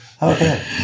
Okay